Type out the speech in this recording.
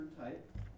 type